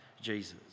Jesus